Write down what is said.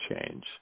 change